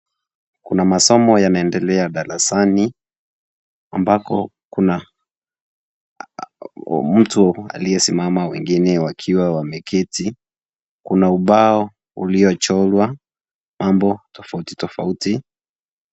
Kuna masomo yanaendelea darasani. Ambako kuna mtu aliyesimama, wengine wakiwa wameketi. Kuna ubao uliyochorwa mambo tofauti tofauti.